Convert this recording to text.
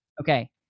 Okay